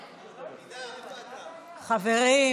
חברים,